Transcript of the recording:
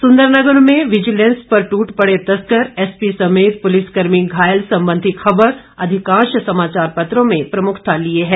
सुन्दरनगर में विजिलेंस पर टूट पड़े तस्कर एसपी समेत पुलिस कर्मी घायल संबंधी ख़बर अधिकांश समाचार पत्रों में प्रमुखता लिए है